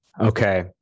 Okay